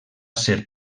ser